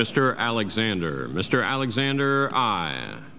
mr alexander mr alexander